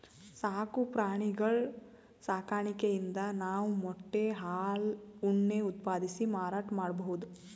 ಸಾಕು ಪ್ರಾಣಿಗಳ್ ಸಾಕಾಣಿಕೆಯಿಂದ್ ನಾವ್ ಮೊಟ್ಟೆ ಹಾಲ್ ಉಣ್ಣೆ ಉತ್ಪಾದಿಸಿ ಮಾರಾಟ್ ಮಾಡ್ಬಹುದ್